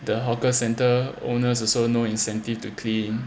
the hawker centre owners also no incentive to clean